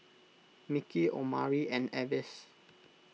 Mickey Omari and Avis